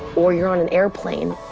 or you're on an airplane